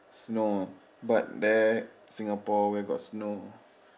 snow but there Singapore where got snow